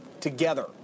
together